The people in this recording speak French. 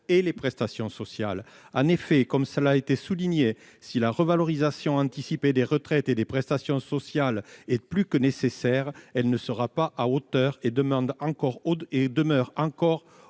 et les prestations sociales. En effet, comme cela a été souligné, si la revalorisation anticipée des retraites et des prestations sociales est plus que nécessaire, elle ne sera pas à la hauteur. Elle demeure en